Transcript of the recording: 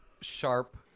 sharp